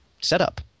setup